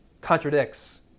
contradicts